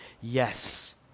Yes